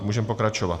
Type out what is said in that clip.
Můžeme pokračovat.